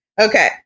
Okay